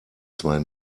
zwei